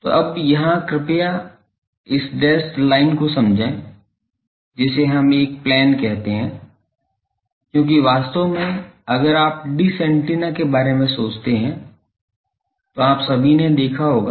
तो अब यहाँ कृपया इस डेश्ड लाइन को समझें जिसे हम एक प्लेन कहते हैं क्योंकि वास्तव में अगर आप डिश एंटीना के बारे में सोचते हैं तो आप सभी ने देखा होगा